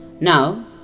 Now